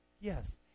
Yes